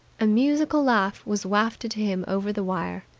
a musical laugh was wafted to him over the wire.